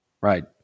right